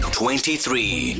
twenty-three